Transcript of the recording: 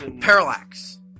parallax